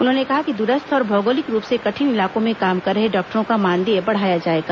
उन्होंने कहा कि दूरस्थ और भौगोलिक रूप से कठिन इलाकों में काम कर रहे डॉक्टरों का मानदेय बढ़ाया जाएगा